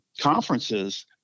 conferences